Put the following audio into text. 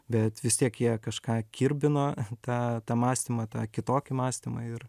bet vis tiek jie kažką kirbino tą tą mąstymą tą kitokį mąstymą ir